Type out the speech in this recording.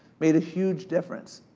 made a huge difference.